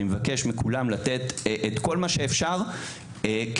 אני מבקש מכולם לתת את כל מה שאפשר כדי